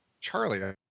Charlie